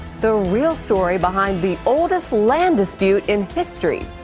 the real story behind the oldest land dispute in history,